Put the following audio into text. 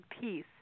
peace